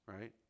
right